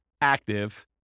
active